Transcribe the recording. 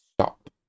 stop